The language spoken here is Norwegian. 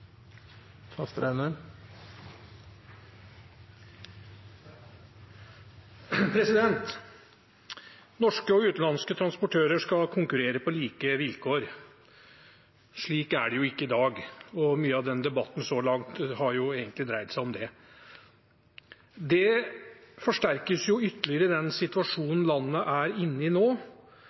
det jo ikke i dag, og mye av debatten så langt har egentlig dreid seg om det. Det forsterkes ytterligere i den situasjonen landet er inne i nå,